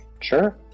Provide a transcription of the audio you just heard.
Sure